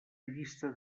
llista